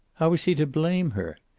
how was he to blame her?